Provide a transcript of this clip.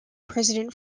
president